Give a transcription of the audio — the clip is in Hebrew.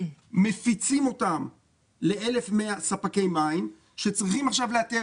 מפיצים אותם ל-1,100 ספקי מים שצריכים עכשיו לאתר.